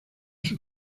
sus